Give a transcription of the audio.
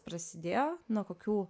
prasidėjo nuo kokių